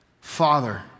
Father